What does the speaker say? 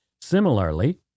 Similarly